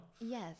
Yes